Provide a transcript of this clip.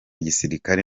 gisilikare